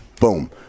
Boom